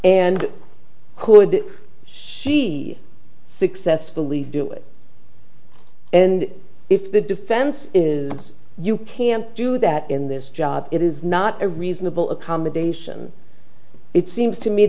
and could she successfully do it and if the defense is you can do that in this job it is not a reasonable accommodation it seems to me